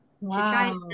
wow